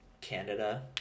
canada